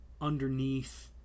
underneath